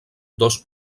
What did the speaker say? dos